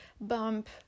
bump